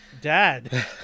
dad